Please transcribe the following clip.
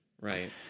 Right